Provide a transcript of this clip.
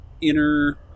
inner